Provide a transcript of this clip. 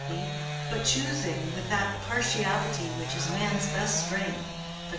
but choosing, with that partiality which is man's best strength,